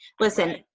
Listen